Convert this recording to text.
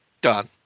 Done